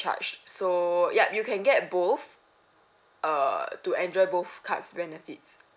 charged so yup you can get both err to enjoy both cards benefits